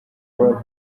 club